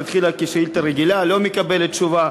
שהתחילה כשאילתה רגילה לא מקבלת תשובה